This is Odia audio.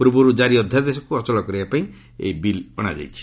ପୂର୍ବରୁ କାରି ଅଧ୍ୟାଦେଶକୁ ଅଚଳ କରିବାପାଇଁ ଏହି ବିଲ୍ ଅଣାଯାଇଛି